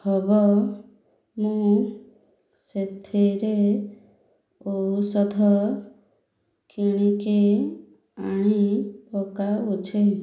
ହବ ମୁଁ ସେଥିରେ ଔଷଧ କିଣିକି ଆଣି ପକାଉଛି